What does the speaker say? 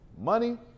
Money